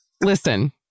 listen